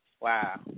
Wow